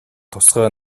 тусгай